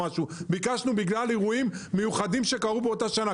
ביקשנו בגלל אירועים מיוחדים שקרו באותה השנה,